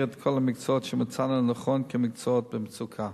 את כל המקצועות שמצאנו לנכון כמקצועות במצוקה.